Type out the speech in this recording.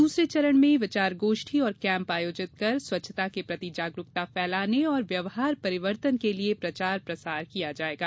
दूसरे चरण में विचार गोष्ठी और कैंप आयोजित कर स्वच्छता के प्रति जागरूकता फैलाने और व्यवहार परिवर्तन के लिये प्रचार प्रसार किया जायेगा